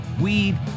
Weed